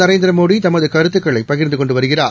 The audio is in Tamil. நரேந்திரமோடி தமதுகருத்துகளைபகிர்ந்துகொண்டுவருகிறார்